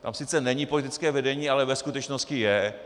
Tam sice není politické vedení, ale ve skutečnosti je.